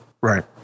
Right